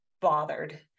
bothered